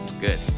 Good